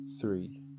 three